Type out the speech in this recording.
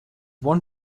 one